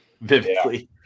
Vividly